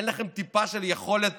אין לכם טיפה של יכולת